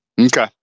Okay